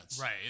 Right